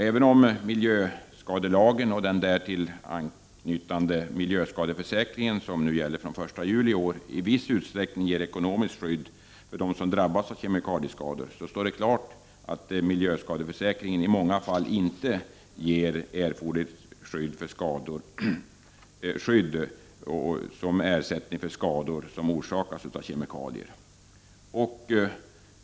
Även om miljöskadelagen och den därtill anknytande miljöskadeförsäkringen, som gäller från den 1 juli i år, i viss utsträckning ger ekonomiskt skydd för dem som drabbas av kemikalieskador, står det klart att miljöskadeförsäkringen i många fall inte ger erforderligt skydd innebärande ersättning för skador som orsakas av kemikalier.